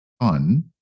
fun